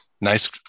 nice